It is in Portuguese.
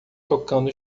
tocando